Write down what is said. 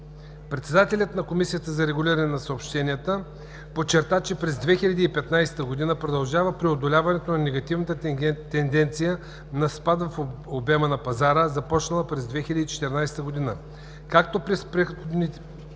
Председателят на Комисията за регулиране на съобщенията подчерта, че през 2015 г. продължава преодоляването на негативната тенденция на спад в обема на пазара, започнало през 2014 г. Както през предходните